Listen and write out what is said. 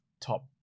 top